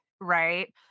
right